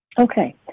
Okay